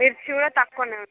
మిర్చి కూడా తక్కువ ఉన్నాయి మేడం